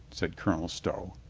said colonel stow,